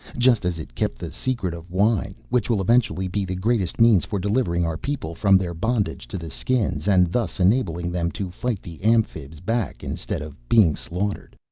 just as it kept the secret of wine, which will eventually be the greatest means for delivering our people from their bondage to the skins and, thus enable them to fight the amphibs back instead of being slaughtered.